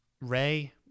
ray